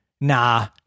nah